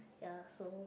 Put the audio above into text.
ya so